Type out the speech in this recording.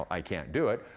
i can't do it,